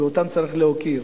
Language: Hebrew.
ואותם צריך להוקיר.